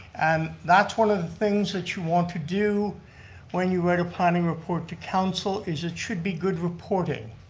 and that's one of the things that you want to do when you write a planning report to council is it should be good reporting.